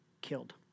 killed